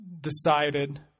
decided